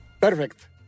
Perfect